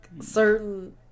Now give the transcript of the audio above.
certain